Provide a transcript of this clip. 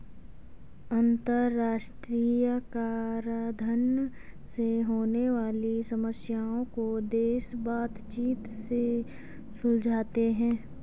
अंतरराष्ट्रीय कराधान से होने वाली समस्याओं को देश बातचीत से सुलझाते हैं